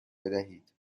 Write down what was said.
بدهید